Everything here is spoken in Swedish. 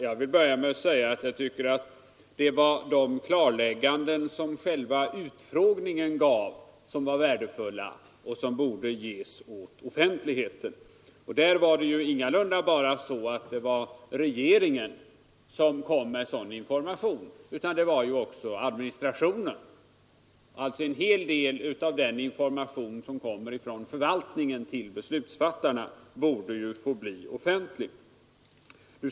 Jag vill säga att det var just de klarlägganden som själva utfrågningen gav som var värdefulla och borde ges åt offentligheten. Inte bara regeringen kom med information utan också administrationen. En hel del av den information som kom från förvaltningen till beslutsfattarna borde få bli offentlig.